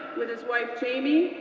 with his wife jamie,